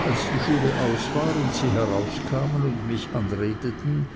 als die schule aus war und sie herauskamen und mich anredeten